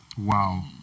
Wow